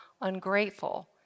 ungrateful